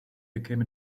became